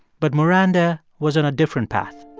but maranda was on a different path.